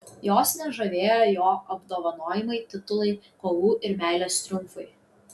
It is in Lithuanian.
jos nežavėjo jo apdovanojimai titulai kovų ir meilės triumfai